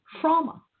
trauma